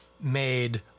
made